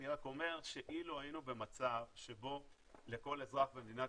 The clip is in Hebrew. אני רק אומר שאילו היינו במצב שבו לכל אזרח במדינת